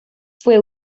fue